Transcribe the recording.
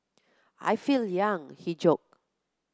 I feel young he joked